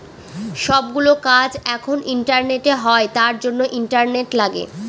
সব গুলো কাজ এখন ইন্টারনেটে হয় তার জন্য ইন্টারনেট লাগে